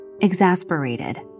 Exasperated